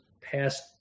past